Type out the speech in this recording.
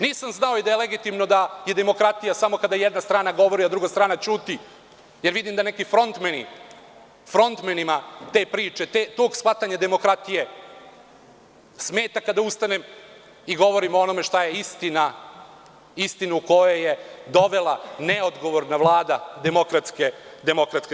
Nisam znao ni da je legitimno da je demokratija samo kada jedna strana govori, a druga strana ćuti jer vidim da neki frontmeni, frontmnenima te priče, tog shvatanja demokratije, smeta kada ustanem i govorim o onome šta je istina, istina koja je dovela neodgovorna Vlada DS.